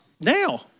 now